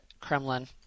Kremlin